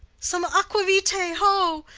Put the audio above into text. some aqua-vitae, ho!